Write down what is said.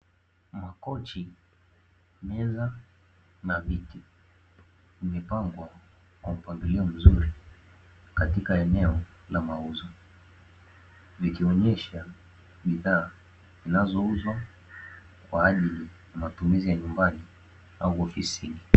Makochi, meza na viti, vimepangwa kwa mpangilio mzuri katika eneo la mauzo. Vikionyesha bidhaa zinazouzwa kwa ajili ya matumizi ya nyumbani au ofisini.